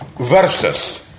versus